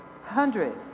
hundreds